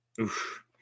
Oof